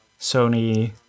Sony